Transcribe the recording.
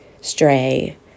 stray